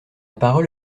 parole